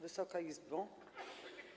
Wysoka Izbo!